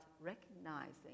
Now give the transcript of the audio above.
recognizing